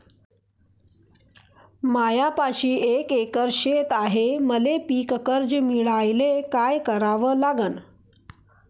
मायापाशी एक एकर शेत हाये, मले पीककर्ज मिळायले काय करावं लागन?